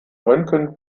röntgen